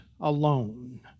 alone